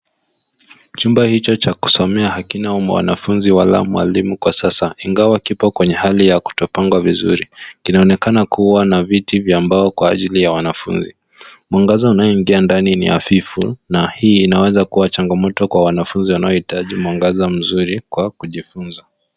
Chumba hicho cha kusomea hakina mwanafunzi wala mwalimu kwa sasa ingawa kipo kwenye hali ya kutopangwa vizuri. Kinaonekana kuwa na viti vya mbao kwa ajili ya wanafunzi. Mwangaza unaoingia ndani ni hafifu na hii inaweza kuwa changamoto kwa wanafunzi wanaohitaji mwangaza mzuri kwa kujifunza.